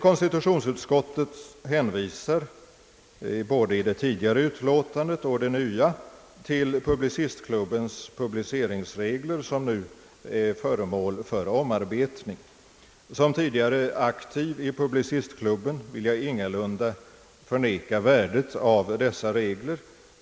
Konstitutionsutskottet hänvisar både i det tidigare utlåtandet och i det nya till Publicistklubbens publiceringsregler som nu är föremål för omarbetning. Som tidigare aktiv i Publicistklubben vill jag ingalunda förneka värdet av dessa regler.